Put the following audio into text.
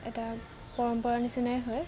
এটা পৰম্পৰা নিচিনাই হয়